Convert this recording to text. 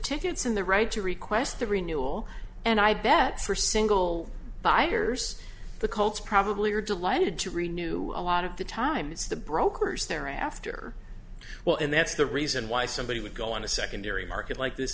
tickets and the right to request the renewal and i bet for single buyers the colts probably are delighted to renu a lot of the time it's the brokers they're after well and that's the reason why somebody would go on a secondary market like this